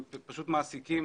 הם מעסיקים